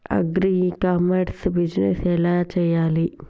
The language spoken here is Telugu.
అగ్రి ఇ కామర్స్ బిజినెస్ ఎలా చెయ్యాలి?